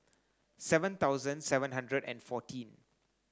seven thousand seven hundred and fourteen